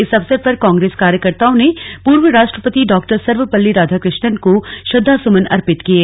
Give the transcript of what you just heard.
इस अवसर पर कांग्रेस कार्यकर्ताओं ने पूर्व राष्ट्रपति डॉ सर्वपल्ली राधाकृष्णन को श्रद्धासुमन अर्पित किये